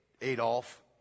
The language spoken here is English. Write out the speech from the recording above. Adolf